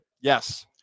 Yes